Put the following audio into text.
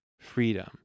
freedom